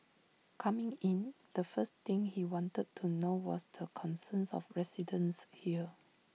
coming in the first thing he wanted to know was the concerns of residents here